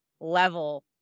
level